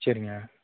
சரிங்க